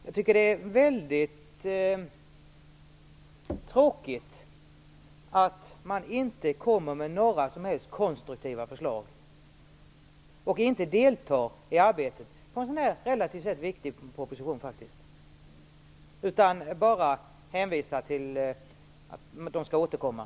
Jag tycker att det är mycket tråkigt att man inte kommer med några konstruktiva förslag och inte deltar i arbetet med en sådan här relativt viktig proposition. Man bara hänvisar till att man skall återkomma.